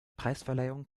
preisverleihung